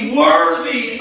worthy